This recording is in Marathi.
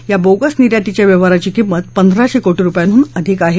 या बोगस निर्यातीच्या व्यवहाराची किंमत पंधराशे कोटी रुपयांहून अधिक आहे